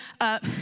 up